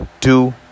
two